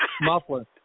muffler